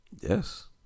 yes